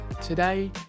Today